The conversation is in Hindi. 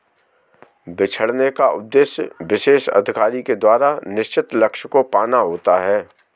बिछड़ने का उद्देश्य विशेष अधिकारी के द्वारा निश्चित लक्ष्य को पाना होता है